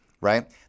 right